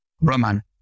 Roman